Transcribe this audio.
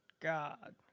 God